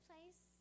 Place